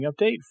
update